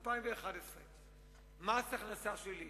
2011. מס הכנסה שלילי,